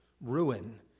ruin